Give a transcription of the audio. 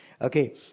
Okay